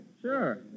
Sure